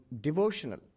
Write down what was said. devotional